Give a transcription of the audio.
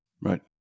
Right